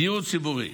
דיור ציבורי,